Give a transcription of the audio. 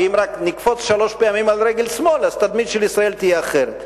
ואם רק נקפוץ שלוש פעמים על רגל שמאל אז התדמית של ישראל תהיה אחרת.